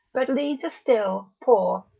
but leads a still, poor,